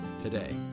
today